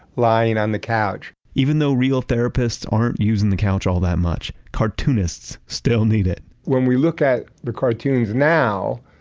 lying on the couch. even though real therapists aren't using the couch all that much, cartoonists still need it when we look at the cartoons now,